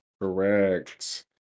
Correct